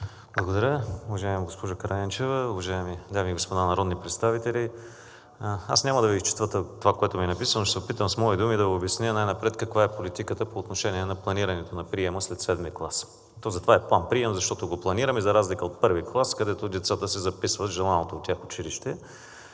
Благодаря. Уважаема госпожо Караянчева, уважаеми дами и господа народни представители! Аз няма да Ви изчета това, което ми е написано. Ще се опитам с мои думи да Ви обясня най-напред каква е политиката по отношение на планирането на приема след седми клас. То затова е план-прием, защото го планираме, за разлика от първи клас, където децата се записват в желаното от тях училище.